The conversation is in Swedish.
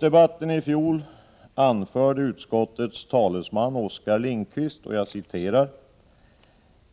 ”Det